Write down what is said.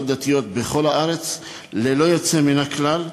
דתיות בכל הארץ ללא יוצא מן הכלל.